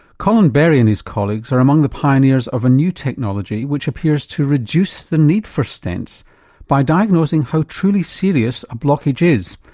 colin berry and his colleagues are among the pioneers of a new technology which appears to reduce the need for stents by diagnosing how truly serious a blockage is,